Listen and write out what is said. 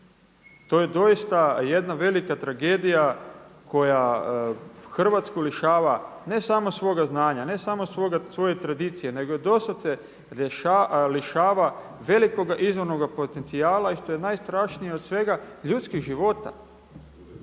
To je doista jedna velika tragedija koja Hrvatsku lišava ne samo svoga znanja, ne samo svoje tradicije nego doslovce lišava velikoga izvornoga potencijala i što je najstrašnije od svega ljudskih života.